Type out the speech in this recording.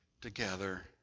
together